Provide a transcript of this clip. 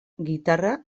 gitarra